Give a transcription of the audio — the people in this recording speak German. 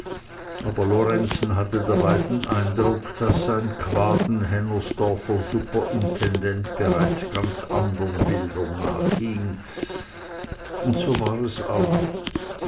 aber lorenzen hatte dabei den eindruck daß sein quaden hennersdorfer superintendent bereits ganz andern bildern nachhing und so war es auch